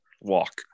walk